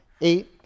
eight